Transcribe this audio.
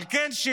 על כן,